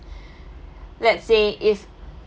let's say if